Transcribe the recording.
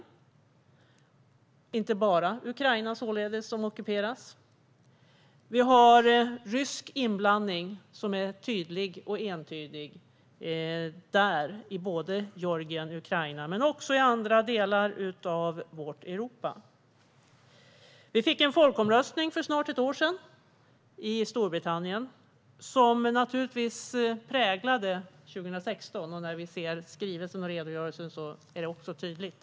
Det är således inte bara Ukraina som ockuperas. Vi har tydlig och entydig rysk inblandning i både Georgien och Ukraina, men också i andra delar av vårt Europa. Folkomröstningen i Storbritannien för snart ett år sedan präglade naturligtvis 2016. I skrivelsen och redogörelsen är detta också tydligt.